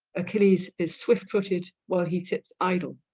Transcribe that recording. achilles is swift footed while he sits idle.